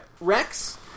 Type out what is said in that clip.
Rex